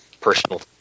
personal